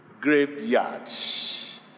Graveyards